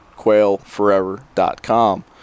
quailforever.com